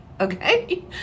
Okay